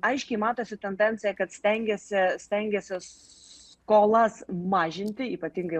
aiškiai matosi tendencija kad stengiasi stengiasi skolas mažinti ypatingai